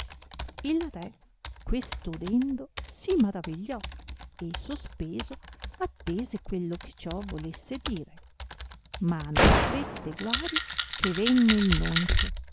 il re questo udendo si maravigliò e sospeso attese quello che ciò volesse dire ma non stette guari che venne il noncio